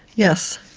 yes,